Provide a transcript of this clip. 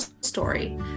story